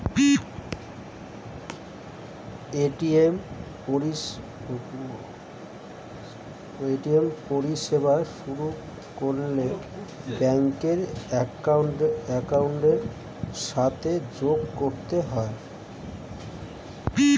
ATM পরিষেবা শুরু করলে ব্যাঙ্ক অ্যাকাউন্টের সাথে যোগ করতে হয়